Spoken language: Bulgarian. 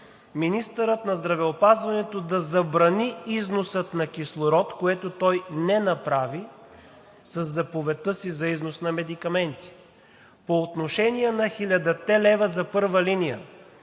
министърът на здравеопазването да забрани износа на кислород, което той не направи със заповедта си за износ на медикаменти. По отношение на хилядата лева за първа линия.